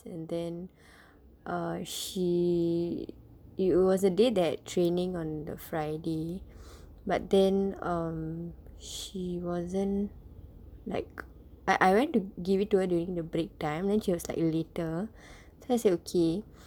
and then she it was a day that training on the friday but then um she wasn't like I I went to give it to her during the break time then she was like later then I say okay